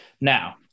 now